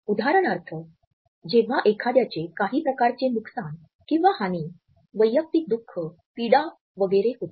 उदाहरणार्थ जेव्हा एखाद्याचे काही प्रकारचे नुकसान किंवा हानी वैयक्तिक दुख पीडा वगैरे होते